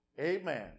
amen